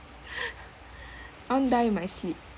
I want die in my sleep